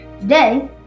Today